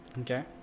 okay